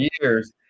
years